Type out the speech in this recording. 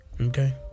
Okay